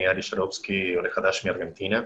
אני עולה חדש מארגנטינה,